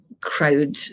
crowd